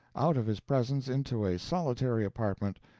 out of his presence into a solitary apartment,